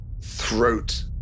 throat